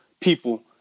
people